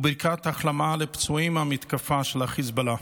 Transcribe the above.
וברכת החלמה לפצועים במתקפה של החיזבאללה.